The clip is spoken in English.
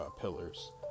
pillars